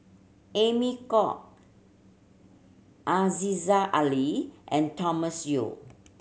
Amy Khor Aziza Ali and Thomas Yeo